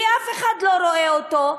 כי אף אחד לא רואה אותו,